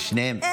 ושניהם,